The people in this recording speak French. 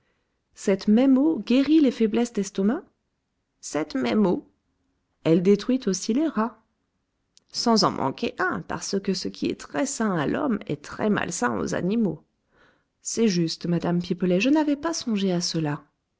cette même eau guérit les faiblesses d'estomac cette même eau elle détruit aussi les rats sans en manquer un parce que ce qui est très sain à l'homme est très malsain aux animaux c'est juste madame pipelet je n'avais pas songé à cela